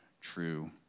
true